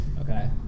Okay